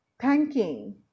thanking